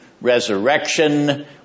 resurrection